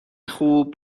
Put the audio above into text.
خوب